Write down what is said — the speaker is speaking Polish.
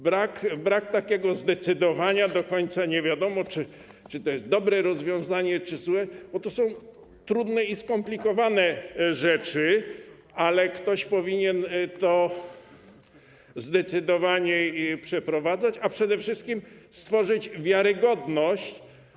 Brak zdecydowania, do końca nie wiadomo, czy to jest dobre rozwiązanie, czy złe, bo to są trudne i skomplikowane rzeczy, ale ktoś powinien to zdecydowanie przeprowadzać, a przede wszystkim stworzyć wiarygodność.